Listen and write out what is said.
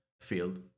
field